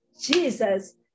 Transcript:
Jesus